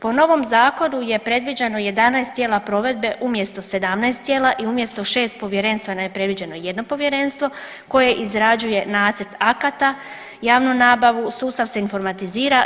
Po novom zakonu je predviđeno 11 tijela provedbe umjesto 17 tijela i umjesto 6 povjerenstva je predviđeno 1 povjerenstvo koje izrađuje nacrt akata, javnu nabavu, sustav se informatizirao.